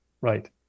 right